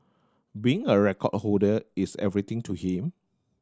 being a record holder is everything to him